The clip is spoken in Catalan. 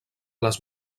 les